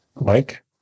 Mike